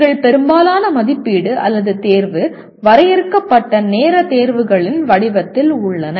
எங்கள் பெரும்பாலான மதிப்பீடு அல்லது தேர்வு வரையறுக்கப்பட்ட நேர தேர்வுகளின் வடிவத்தில் உள்ளன